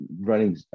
running